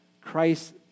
Christ